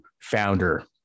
founder